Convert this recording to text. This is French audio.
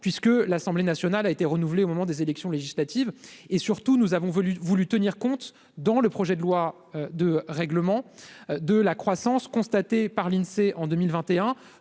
puisque l'Assemblée nationale a été renouvelé au moment des élections législatives et surtout nous avons voulu voulu tenir compte dans le projet de loi de règlement de la croissance constatée par l'Insee en 2021